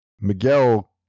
Miguel